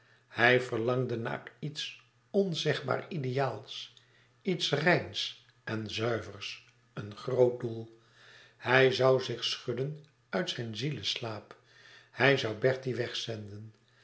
hij verlangde naar iets onzegbaar ideaals iets reins en zuivers een groot doel hij zoû zich schudden uit zijn zieleslaap hij zoû bertie wegzenden